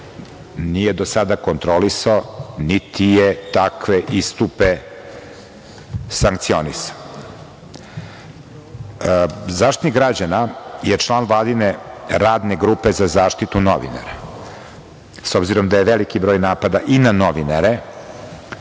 nije do sada kontrolisao, niti je takve istupe sankcionisao.Zaštitnik građana je član Vladine Radne grupe za zaštitu novinara. S obzirom da je veliki broj napada i na novinare